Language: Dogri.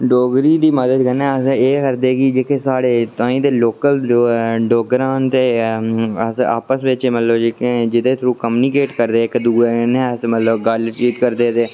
डोगरी दी मदद कन्नै अस एह् करदे कि जेह्के साढ़े ताहीं दे लोकल डोगरा न ते अस आपस बिच मतलब कि जेह्दे च ओह् कम्युनिकेट करदे अस इक दूऐ कन्नै मतलब अस गल्ल करदे ते